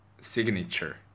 signature